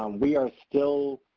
um we are still,